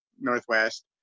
Northwest